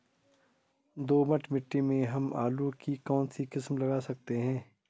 दोमट मिट्टी में हम आलू की कौन सी किस्म लगा सकते हैं?